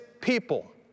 people